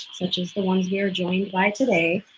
such as the ones we are joined by today.